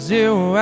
Zero